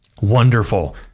Wonderful